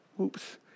oops